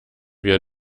wir